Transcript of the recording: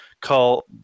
call